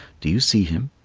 do you see him?